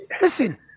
Listen